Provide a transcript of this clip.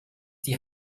die